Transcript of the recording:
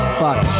fuck